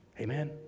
Amen